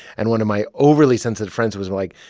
and one of my overly sensitive friends was like,